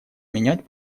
менять